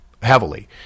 heavily